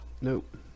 Nope